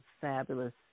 fabulous